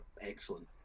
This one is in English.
excellent